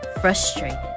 frustrated